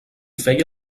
feia